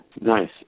Nice